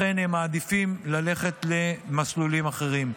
לכן הם מעדיפים ללכת למסלולים אחרים.